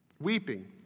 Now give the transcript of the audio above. weeping